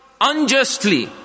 unjustly